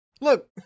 Look